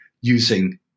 using